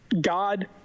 God